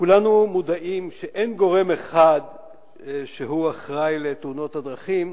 כולנו מודעים לכך שאין גורם אחד שהוא אחראי לתאונות הדרכים,